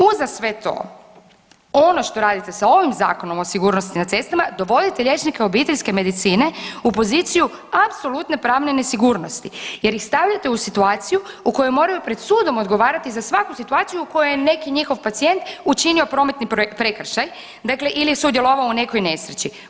Uza sve to ono što radite sa ovim Zakonom o sigurnosti na cestama dovodite liječnike obiteljske medicine u poziciju apsolutne pravne nesigurnosti, jer ih stavljate u situaciju u kojoj moraju pred sudom odgovarati za svaku situaciju u kojoj je neki njihov pacijent učinio prometni prekršaj dakle ili je sudjelovao u nekoj nesreći.